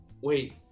Wait